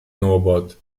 norbert